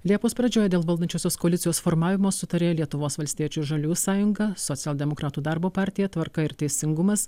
liepos pradžioj dėl valdančiosios koalicijos formavimo sutarė lietuvos valstiečių ir žaliųjų sąjunga socialdemokratų darbo partija tvarka ir teisingumas